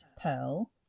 Pearl